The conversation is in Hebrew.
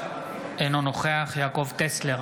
אינו נוכח יעקב טסלר,